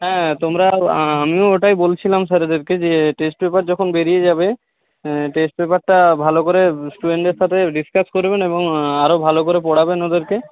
হ্যাঁ তোমরা আমিও ওটাই বলছিলাম স্যারেদেরকে যে টেস্ট পেপার যখন বেড়িয়ে যাবে টেস্ট পেপারটা ভালো করে স্টুডেন্টদের সাথে ডিসকাস করে দেবেন এবং আরো ভালো করে পড়াবেন ওদেরকে